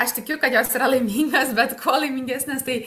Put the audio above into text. aš tikiu kad jos yra laimingos bet kuo laimingesnės tai